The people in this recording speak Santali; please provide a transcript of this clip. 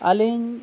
ᱟᱹᱞᱤᱧ